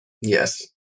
Yes